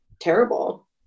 terrible